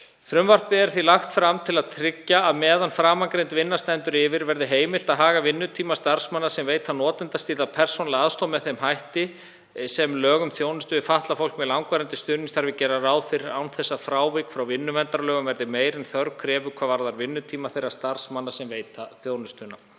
Frumvarpið er því lagt fram til að tryggja að á meðan framangreind vinna stendur yfir verði heimilt að haga vinnutíma starfsmanna sem veita notendastýrða persónulega aðstoð með þeim hætti sem lög um þjónustu við fatlað fólk með langvarandi stuðningsþarfir gera ráð fyrir án þess að frávik frá vinnuverndarlögum verði meiri en þörf krefur hvað varðar vinnutíma þeirra starfsmanna sem veita þjónustuna.